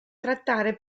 trattare